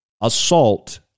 assault